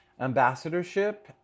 ambassadorship